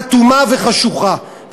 אטומה וחשוכה.